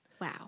Wow